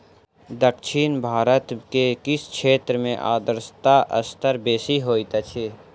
दक्षिण भारत के किछ क्षेत्र में आर्द्रता स्तर बेसी होइत अछि